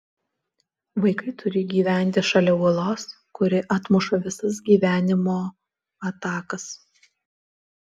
vaikai turi gyventi šalia uolos kuri atmuša visas gyvenimo atakas